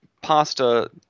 Pasta